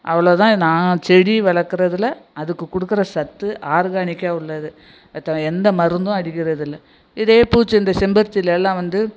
அவ்ளோ தான் நான் செடி வளர்க்குறதுல அதுக்கு கொடுக்குற சத்து ஆர்கானிக்காக உள்ளது எந்த மருந்தும் அடிக்கிறதில்லை இதே பூச்சி இந்த செம்பருத்தியிலலாம் வந்து